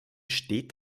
steht